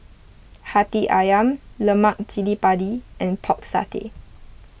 Hati Ayam Lemak Cili Padi and Pork Satay